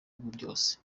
byose